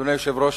אדוני היושב-ראש,